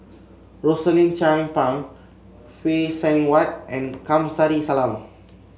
Rosaline Chan Pang Phay Seng Whatt and Kamsari Salam